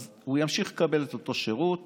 אז הוא ימשיך לקבל אותו שירות